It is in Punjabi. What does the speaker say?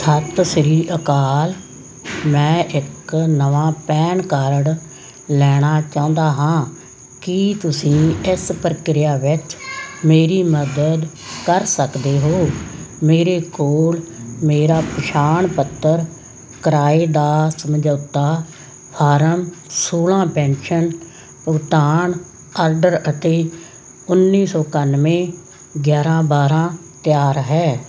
ਸਤਿ ਸ੍ਰੀ ਅਕਾਲ ਮੈਂ ਇੱਕ ਨਵਾਂ ਪੈਨ ਕਾਰਡ ਲੈਣਾ ਚਾਹੁੰਦਾ ਹਾਂ ਕੀ ਤੁਸੀਂ ਇਸ ਪ੍ਰਕਿਰਿਆ ਵਿੱਚ ਮੇਰੀ ਮਦਦ ਕਰ ਸਕਦੇ ਹੋ ਮੇਰੇ ਕੋਲ ਮੇਰਾ ਪਛਾਣ ਪੱਤਰ ਕਿਰਾਏ ਦਾ ਸਮਝੌਤਾ ਫਾਰਮ ਸੌਲ੍ਹਾਂ ਪੈਨਸ਼ਨ ਭੁਗਤਾਨ ਆਰਡਰ ਅਤੇ ਉੱਨੀ ਸੌ ਇਕਾਨਵੇਂ ਗਿਆਰ੍ਹਾਂ ਬਾਰ੍ਹਾਂ ਤਿਆਰ ਹੈ